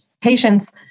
patients